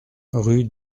rue